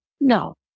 No